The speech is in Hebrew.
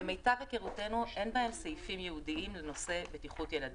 למיטב היכרותנו אין בהן סעיפים ייעודיים לנושא בטיחות ילדים.